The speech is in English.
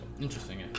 Interesting